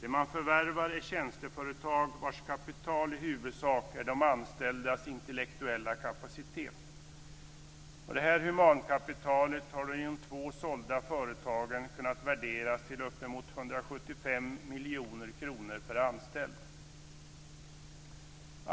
Det man förvärvar är tjänsteföretag vars kapital i huvudsak är de anställdas intellektuella kapacitet. Detta humankapital har i de två sålda företagen kunnat värderas till uppemot 175 miljoner kronor per anställd.